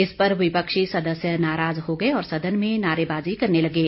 इस पर विपक्षी सदस्य नाराज हो गए और सदन में नारेबाजी करने लगे